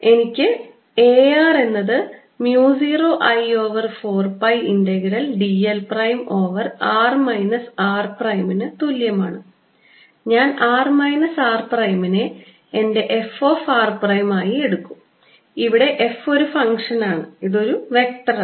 എനിക്ക് A r എന്നത് mu 0 I over 4 pi integral d l prime over r minus r പ്രൈമിന് തുല്യമാണ് ഞാൻ r മൈനസ് r പ്രൈമിനെ എന്റെ f ഓഫ് r പ്രൈം ആയി എടുക്കും ഇവിടെ f ഒരു ഫംഗ്ഷൻ ആണ് ഇത് ഒരു വെക്റ്ററാണ്